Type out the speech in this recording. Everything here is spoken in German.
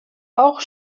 auch